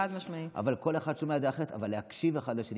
כל אחד שומע את זה אחרת, אבל להקשיב אחד לשני.